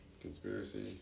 Conspiracy